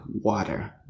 water